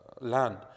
land